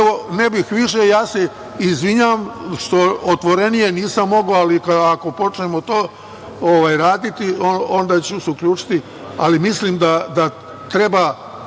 ne bih više. Ja se izvinjavam što otvorenije nisam mogao, ali ako počnemo to raditi, onda ću se uključiti, ali mislim da treba